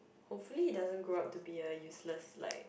hopefully he doesn't grow up to be a useless like